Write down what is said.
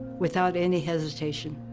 without any hesitation.